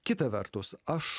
kita vertus aš